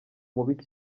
mubi